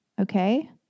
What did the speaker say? Okay